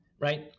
right